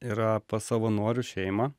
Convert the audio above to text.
yra pas savanorių šeimą